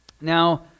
Now